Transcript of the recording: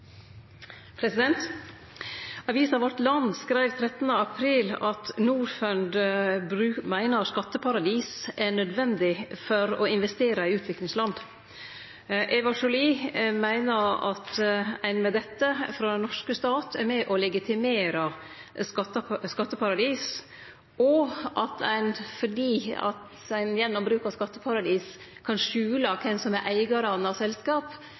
Avisa Vårt Land skreiv den 13. april at Norfund meiner at skatteparadis er nødvendig for å investere i utviklingsland. Eva Joly meiner at ein med dette frå den norske staten si side er med på å legitimere skatteparadis, og at fordi ein gjennom bruk av skatteparadis kan skjule kven som er